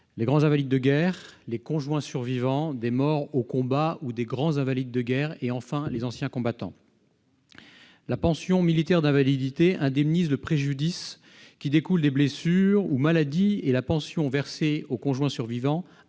les grands invalides de guerre, les conjoints survivants des morts au combat ou des grands invalides de guerre et les anciens combattants. La pension militaire d'invalidité indemnise le préjudice qui découle des blessures ou maladies ; la pension versée au conjoint survivant